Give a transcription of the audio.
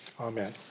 Amen